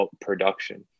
production